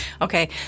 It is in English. Okay